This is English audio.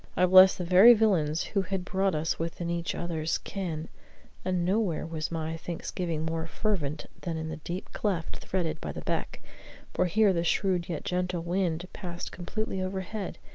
i blessed the very villains who had brought us within each other's ken and nowhere was my thanksgiving more fervent than in the deep cleft threaded by the beck for here the shrewd yet gentle wind passed completely overhead,